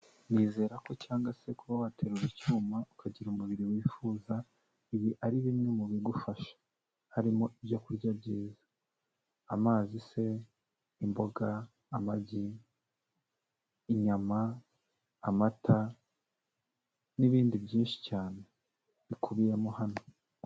Nizera ko cyangwa se kuba waterura icyuma ukagira umubiri wifuza, ibi ari bimwe mu bigufasha harimo ibyo kurya byiza, amazi se, imboga, amagi, inyama, amata n'ibindi byinshi cyane bikubiyemo hano.